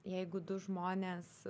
jeigu du žmonės